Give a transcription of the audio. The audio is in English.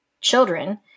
children